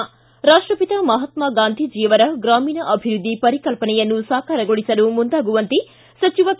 ಿ ರಾಷ್ಟಪಿತ ಮಹಾತ್ಮಾ ಗಾಂಧೀಜಿ ಅವರ ಗ್ರಾಮೀಣ ಅಭಿವೃದ್ಧಿ ಪರಿಕಲ್ಪನೆಯನ್ನು ಸಾಕಾರಗೊಳಿಸಲು ಮುಂದಾಗುವಂತೆ ಸಚಿವ ಕೆ